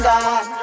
God